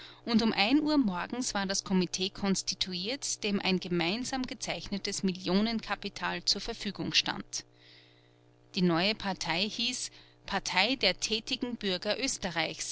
und um ein uhr morgens war das komitee konstituiert dem ein gemeinsam gezeichnetes millionenkapital zur verfügung stand die neue partei hieß partei der tätigen bürger